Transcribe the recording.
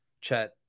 Chet